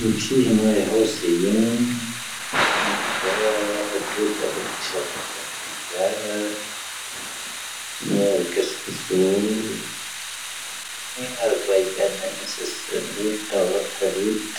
ʻⵎⵡⴽʃⵉ ⵀⵉⵏⵡⴰⵉ ⵀⴰⵡⵙⴻⴻⵏ, ⵎⵏⴷⴰ ⴷⴷo pⴰⴱⵍ ⴽⵅⴰⴷⴰⴳ ⵍⵓⵍā. ʻⵎⵡⴽʃⵉ ⴽⵅⴰⵙoⵓ. ʻⵎⵡⴽʃⵉ ⵎⵡⴽʃⵉ ʻⴰⵉⴽⴰⴷ ⵏⴰⵏⵙⴻⵙⵙⴻⵎⵉⵍ ʻⵜⴰⴷⵍ ʻⵔoⵓⵜ.